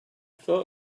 thought